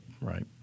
right